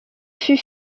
fut